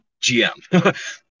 GM